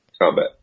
combat